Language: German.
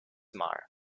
mal